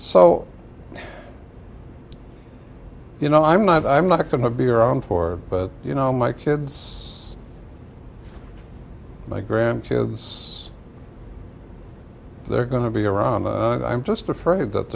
so you know i'm not i'm not going to be around for but you know my kids my grandkids they're going to be around i was just afraid that